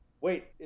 wait